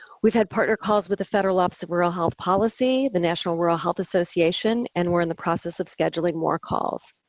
we've had partner calls with the federal office of rural health policy, the national rural health association, and we're in the process of scheduling more calls.